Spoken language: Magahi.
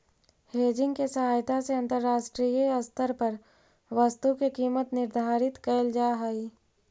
हेजिंग के सहायता से अंतरराष्ट्रीय स्तर पर वस्तु के कीमत निर्धारित कैल जा हई